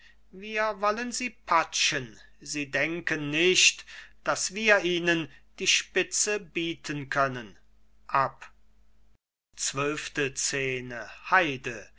wir wollen sie patschen sie denken nicht daß wir ihnen die spitze bieten können